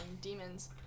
demons